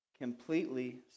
Completely